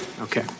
okay